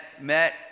met